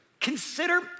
Consider